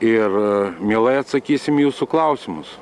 ir mielai atsakysim į jūsų klausimus